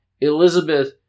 Elizabeth